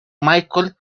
michael